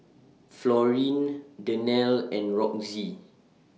Florine Danelle and Roxie